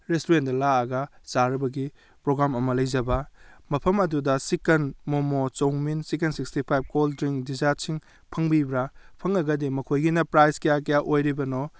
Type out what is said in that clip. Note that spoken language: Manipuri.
ꯔꯦꯁꯇꯨꯔꯦꯟꯗ ꯂꯥꯥꯛꯑꯒ ꯆꯥꯔꯕꯒꯤ ꯄ꯭ꯔꯣꯒ꯭ꯔꯥꯝ ꯑꯃ ꯂꯩꯖꯕ ꯃꯐꯝ ꯑꯗꯨꯗ chicken momo chow mein chicken sixty five cold drink ꯗꯤꯖꯥꯠꯁꯤꯡ ꯐꯪꯕꯤꯕ꯭ꯔ ꯐꯪꯉꯒꯗꯤ ꯃꯈꯣꯏꯒꯤꯅ ꯄ꯭ꯔꯥꯏꯖ ꯀꯌꯥ ꯀꯌꯥ ꯑꯣꯏꯔꯤꯕꯅꯣ